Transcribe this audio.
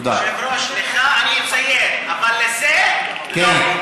אדוני היושב-ראש, לך אני אציית, אבל לזה, לא.